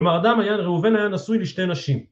כלומר האדם היה, ראובן היה נשוי לשתי נשים.